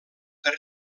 per